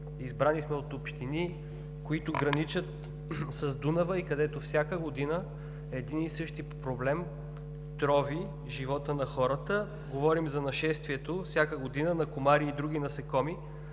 представляваме общини, които граничат с Дунава и всяка година един и същи проблем трови живота на хората. Говорим за нашествието всяка година от комари и други насекоми,